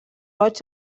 roig